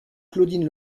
claudine